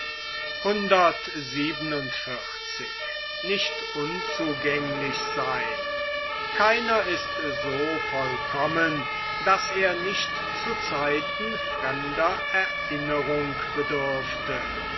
keiner ist so vollkommen daß er nicht zu zeiten fremder erinnerung bedürfte